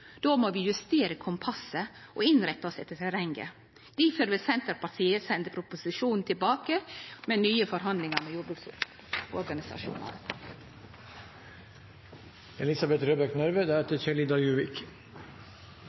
då? Då må vi justere kompasset og innrette oss etter terrenget. Difor vil Senterpartiet sende proposisjonen tilbake, til nye forhandlingar med